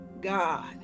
God